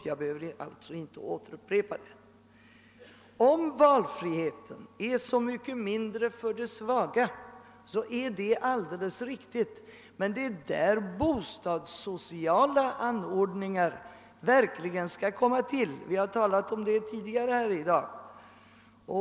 Jag behöver alltså inte upprepa dem. Det är alldeles riktigt att valfriheten är så mycket mindre för de svaga, men det är på den punkten bostadssociala anordningar verkligen skall sättas in. Vi har talat om det tidigare här i dag.